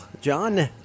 john